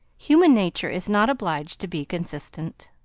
human nature is not obliged to be consistent.